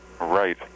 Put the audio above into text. Right